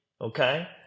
okay